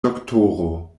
doktoro